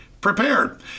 prepared